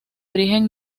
origen